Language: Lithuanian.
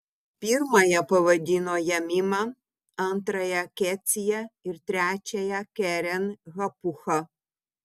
pirmąją pavadino jemima antrąją kecija ir trečiąją keren hapucha